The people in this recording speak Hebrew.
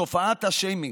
תופעת השיימינג,